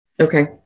Okay